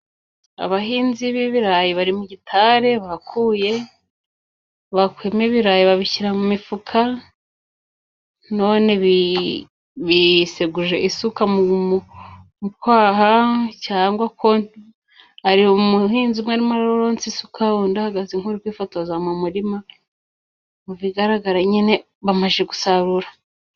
Abahinzi b'ibirayi bari mu gitare bakuye bakuyemo ibirayi babishyira mu mifuka none bii biseguje isuka mu kwaha cyangwa ko ari umuhinzi umwe urimo aronsa isuka undi ahagaze nk'uru kwifotoza mu murima mu bigaragara nyine bamaze gusarura.